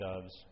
doves